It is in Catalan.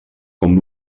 com